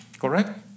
correct